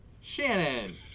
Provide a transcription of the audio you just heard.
Shannon